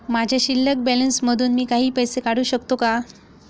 माझ्या शिल्लक बॅलन्स मधून मी काही पैसे काढू शकतो का?